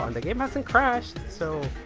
um the game hasn't crashed. so